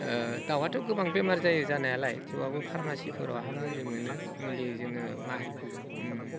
दाउआथ' गोबां बेमार जायो जानायालाय थेवब्लाबो फार्मासिफोरावहाय मुलि मोनो मुलि जोङो